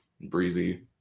breezy